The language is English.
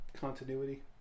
continuity